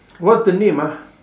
what's the name ah